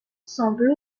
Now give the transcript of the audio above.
semblent